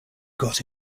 got